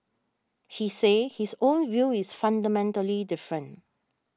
he said his own view is fundamentally different